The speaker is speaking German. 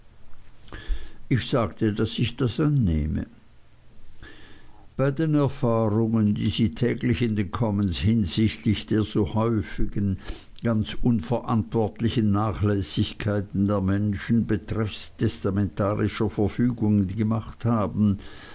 ich sagte daß ich das annehme bei den erfahrungen die sie täglich in den commons hinsichtlich der so häufigen ganz unverantwortlichen nachlässigkeit der menschen betreffs testamentarischer verfügungen gemacht haben